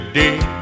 day